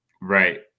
Right